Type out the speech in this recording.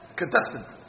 contestant